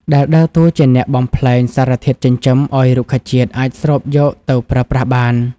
ដែលដើរតួជាអ្នកបំប្លែងសារធាតុចិញ្ចឹមឱ្យរុក្ខជាតិអាចស្រូបយកទៅប្រើប្រាស់បាន។